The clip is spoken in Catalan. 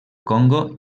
congo